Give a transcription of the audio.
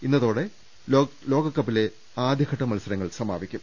ഇന്നത്തോടെ ലോക കപ്പിലെ ആദ്യഘട്ട മത്സരങ്ങൾ സമാപിക്കും